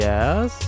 Yes